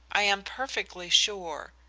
i am perfectly sure.